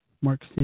Mark